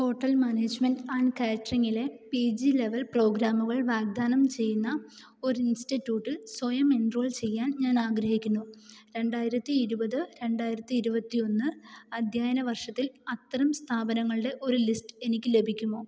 hotel management and കാറ്റ്റിങ്ങിലെ PG level ലെവൽ പ്രോഗ്രാമുകൾ വാഗ്ദാനം ചെയ്യുന്ന ഒരു ഇൻസ്റ്റിറ്റ്യൂട്ടിൽ സ്വയം എൻറോൾ ചെയ്യാൻ ഞാൻ ആഗ്രഹിക്കുന്നു രണ്ടായിരത്തി ഇരുപത് രണ്ടായിരത്തി ഇരുപത്തിഒന്ന് അധ്യയന വർഷത്തിൽ അത്തരം സ്ഥാപനങ്ങളുടെ ഒരു ലിസ്റ്റ് എനിക്ക് ലഭിക്കുമോ